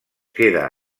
queda